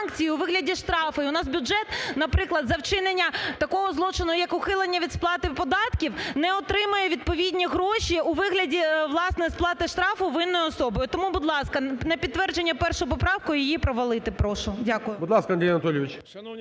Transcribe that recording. Будь ласка, Андрій Анатолійович.